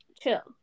chill